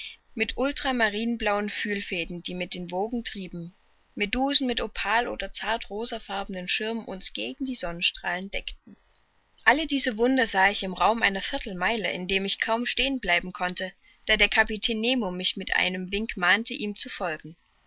mit ultramarinblauen fühlfäden die mit den wogen trieben medusen mit opal oder zart rosenfarbenen schirmen uns gegen die sonnenstrahlen deckten alle diese wunder sah ich im raum einer viertelmeile indem ich kaum stehen bleiben konnte da der kapitän nemo mich mit einem wink mahnte ihm zu folgen